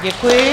Děkuji.